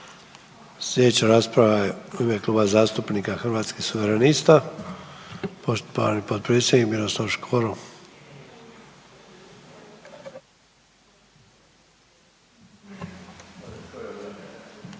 završna rasprava je u ime Kluba zastupnika Hrvatskih suverenista, poštovani potpredsjednik Sabora, Miroslav Škoro.